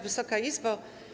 Wysoka Izbo!